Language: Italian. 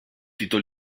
tito